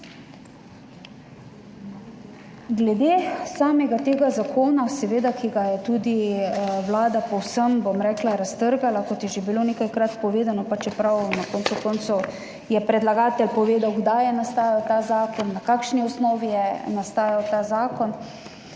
Glede samega zakona, ki ga je tudi vlada povsem raztrgala, kot je že bilo nekajkrat povedano, pa čeprav je na koncu koncev predlagatelj povedal, kdaj je nastajal ta zakon, na kakšni osnovi je nastajal ta zakon,